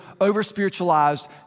over-spiritualized